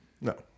No